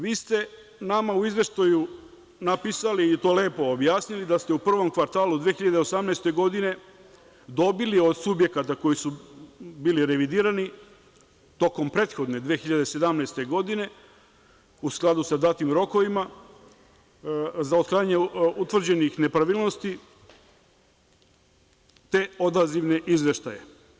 Vi ste nama u Izveštaju napisali i to lepo objasnili, da ste u prvom kvartalu 2018. godine dobili od subjekata koji su bili revidirani tokom prethodne 2017. godine, u skladu sa datim rokovima, za otklanjanje utvrđenih nepravilnosti, te odazivne izveštaje.